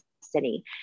destiny